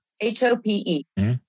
H-O-P-E